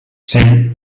sei